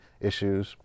issues